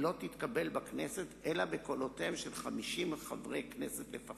לא תתקבל בכנסת אלא בקולותיהם של 50 חברי הכנסת לפחות,